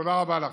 תודה רבה לכם.